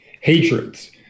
hatreds